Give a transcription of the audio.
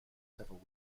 several